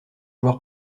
joueur